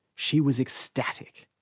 she was ecstatic.